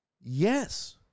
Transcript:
Yes